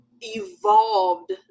evolved